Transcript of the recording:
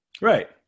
Right